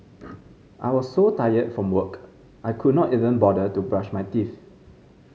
I was so tired from work I could not even bother to brush my teeth